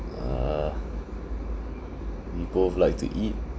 ah we both like to eat